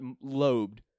lobed